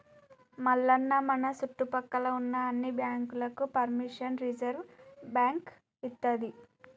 మల్లన్న మన సుట్టుపక్కల ఉన్న అన్ని బాంకులకు పెర్మిషన్ రిజర్వ్ బాంకు ఇత్తది